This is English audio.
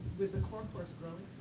with the core course growing